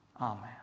Amen